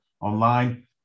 online